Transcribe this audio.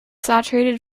saturated